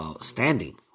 standing